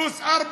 פלוס 4,